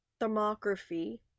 thermography